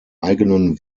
eigenen